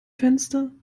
fenster